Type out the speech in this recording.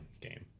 game